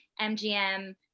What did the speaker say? mgm